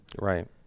Right